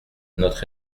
notre